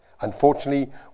Unfortunately